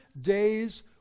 days